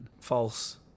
False